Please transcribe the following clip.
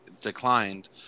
declined